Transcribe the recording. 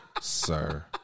sir